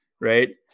Right